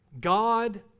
God